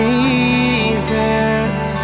Jesus